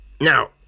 Now